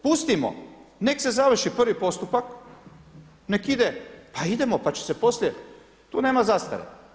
Pustimo, neka se završi prvi postupak, neka ide, pa idemo pa će se poslije, tu nema zastare.